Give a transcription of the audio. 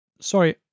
Sorry